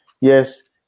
yes